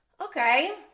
Okay